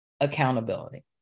accountability